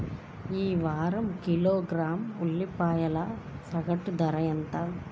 ఈ వారం కిలోగ్రాము ఉల్లిపాయల సగటు ధర ఎంత?